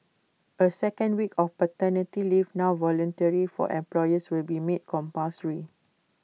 A second week of paternity leave now voluntary for employers will be made compulsory